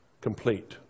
complete